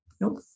nope